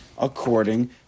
according